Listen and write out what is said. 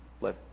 let